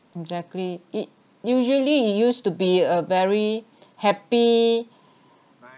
exactly it usually you used to be a very happy